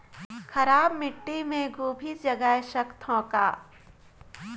खराब माटी मे गोभी जगाय सकथव का?